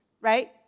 right